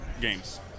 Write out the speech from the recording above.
games